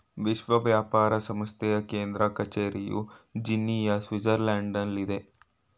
ವಿಶ್ವ ವ್ಯಾಪಾರ ಸಂಸ್ಥೆಯ ಕೇಂದ್ರ ಕಚೇರಿಯು ಜಿನಿಯಾ, ಸ್ವಿಟ್ಜರ್ಲ್ಯಾಂಡ್ನಲ್ಲಿದೆ